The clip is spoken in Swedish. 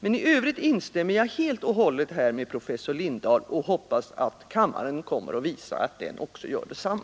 Men i övrigt instämmer jag helt och hållet med professor Lindahl, och jag hoppas att kammaren kommer att visa att den gör detsamma.